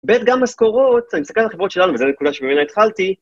בית גם משכורות, אני מסתכל על החברות שלנו, וזו הנקודה שממנה התחלתי.